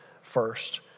first